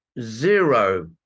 zero